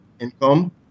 income